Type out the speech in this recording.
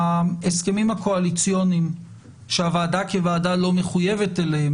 ההסכמים הקואליציוניים שהוועדה כוועדה לא מחויבת אליהם